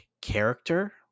character